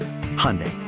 Hyundai